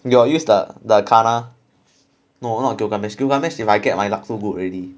you got use the karna no not the you might get my book already